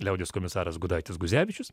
liaudies komisaras gudaitis guzevičius